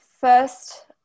first